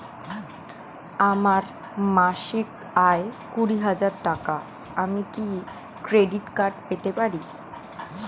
আমার মাসিক আয় কুড়ি হাজার টাকা আমি কি ক্রেডিট কার্ড পেতে পারি?